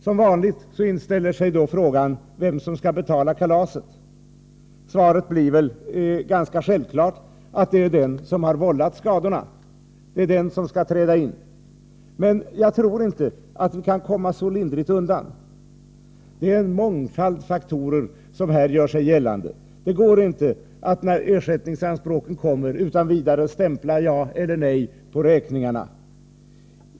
Som vanligt inställer sig frågan vem som skall betala kalaset. Svaret blir självfallet att det är den som har vållat skadorna som skall träda in. Men jag tror inte att vi kan komma så lindrigt undan. Det är en mångfald faktorer som här gör sig gällande. Det går inte att, när ersättningsanspråken kommer, utan vidare stämpla ja eller nej på räkningarna.